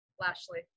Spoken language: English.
Lashley